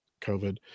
COVID